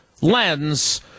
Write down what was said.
lens